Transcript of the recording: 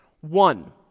One